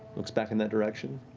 looks back in that direction.